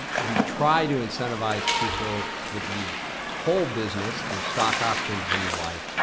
we try to incentivize people for the whole business through stock options and the like,